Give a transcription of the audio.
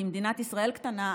כי מדינת ישראל קטנה.